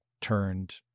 turned